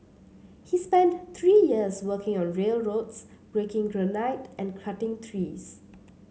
he spent three years working on railroads breaking granite and cutting trees